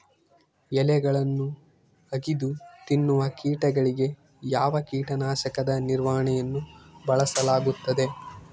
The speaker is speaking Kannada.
ಎಲೆಗಳನ್ನು ಅಗಿದು ತಿನ್ನುವ ಕೇಟಗಳಿಗೆ ಯಾವ ಕೇಟನಾಶಕದ ನಿರ್ವಹಣೆಯನ್ನು ಬಳಸಲಾಗುತ್ತದೆ?